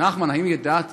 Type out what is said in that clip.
נחמן, האם ידעת